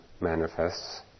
manifests